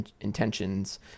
intentions